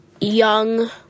young